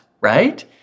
right